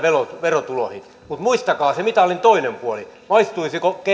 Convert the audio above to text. verotuloihin mutta muistakaa se mitalin toinen puoli maistuisiko